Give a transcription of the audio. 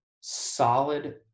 solid